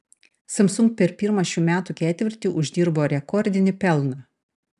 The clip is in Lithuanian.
samsung per pirmą šių metų ketvirtį uždirbo rekordinį pelną